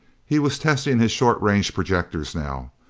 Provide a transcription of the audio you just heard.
he was testing his short range projectors now.